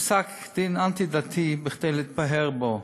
פסק דין אנטי-דתי כדי להתפאר בו.